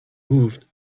moved